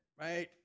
right